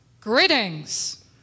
Greetings